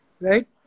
right